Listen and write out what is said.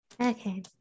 Okay